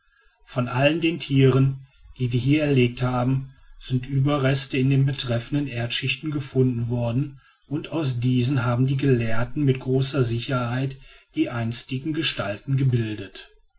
von allen den tieren die wir hier erlegt haben sind überreste in den betreffenden erdschichten gefunden worden und aus diesen haben die gelehrten mit großer sicherheit die einstigen gestalten gebildet